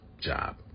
job